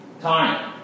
Time